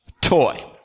toy